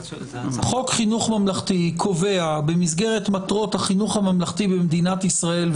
חוק חינוך ממלכתי קובע במסגרת מטרות החינוך הממלכתי במדינת ישראל,